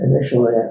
initially